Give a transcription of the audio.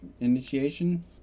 initiation